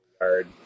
hard